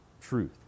truth